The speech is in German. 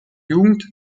jugend